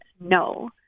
no